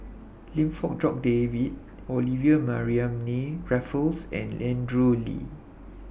Lim Fong Jock David Olivia Mariamne Raffles and Andrew Lee